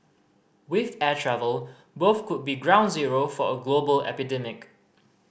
with air travel both could be ground zero for a global epidemic